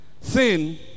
sin